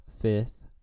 fifth